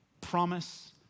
promise